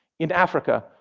in africa,